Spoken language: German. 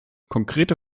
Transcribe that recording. konkrete